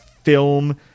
film